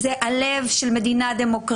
זה הלב של המדינה הדמוקרטית.